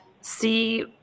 see